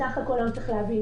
בסך הכול צריך להבין,